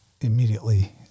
immediately